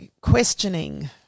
questioning –